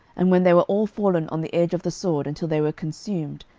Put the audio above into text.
and when they were all fallen on the edge of the sword, until they were consumed,